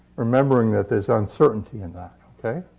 remembering that there's uncertainty in that, okay?